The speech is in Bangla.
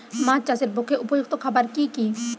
মাছ চাষের পক্ষে উপযুক্ত খাবার কি কি?